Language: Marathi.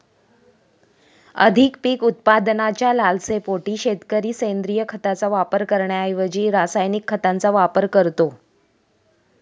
अधिक पीक उत्पादनाच्या लालसेपोटी शेतकरी सेंद्रिय खताचा वापर करण्याऐवजी रासायनिक खतांचा वापर करतो